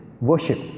worship